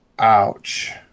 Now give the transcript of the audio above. ouch